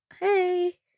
Hey